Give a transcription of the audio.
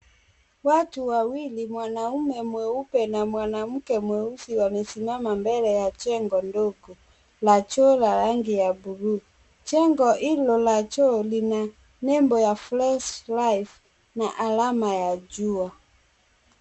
Watu wawili, mwanaume mweupe na mwanamke mweusi wamesimama mbele ya jengo ndogo na choo la rangi ya buluu. Jengo hilo la choo lina nembo ya fresh life na alama ya jua.